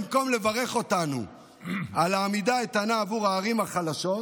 במקום לברך אותנו על העמידה האיתנה עבור הערים החלשות,